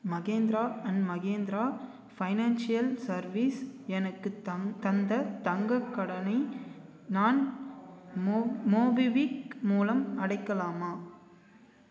Mahindra and Mahindra financial service எனக்குத் தந் தந்த தங்கக் கடனை நான் மோ மோபிவிக் மூலம் அடைக்கலாமா